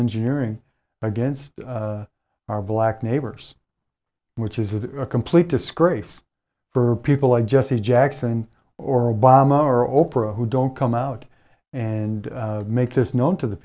engineering against our black neighbors which is a complete disgrace for people like jesse jackson or obama or oprah who don't come out and make this known to the